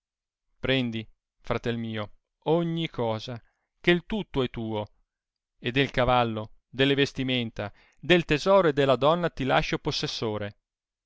prendi fratel mio ogni cosa che i tutto è tuo e del cavallo delle vestimenta del tesoro e della donna ti lascio possessore